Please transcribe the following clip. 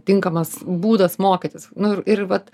tinkamas būdas mokytis nu ir vat